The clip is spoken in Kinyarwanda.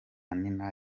nina